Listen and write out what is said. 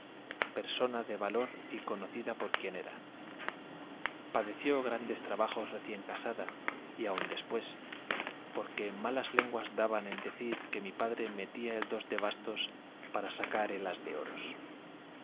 persona de valor y conocida por quien era padeció grandes trabajos recién casada y aun después porque malas lenguas daban en decir que mi padre metía el dos de bastos para sacar el as de oros